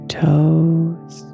toes